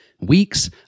weeks